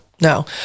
no